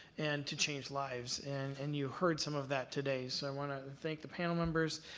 and to change lives. and and you heard some of that today. so, i want to thank the panel members.